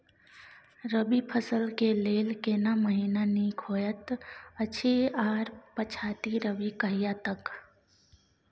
रबी फसल के लेल केना महीना नीक होयत अछि आर पछाति रबी कहिया तक?